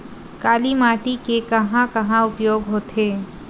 काली माटी के कहां कहा उपयोग होथे?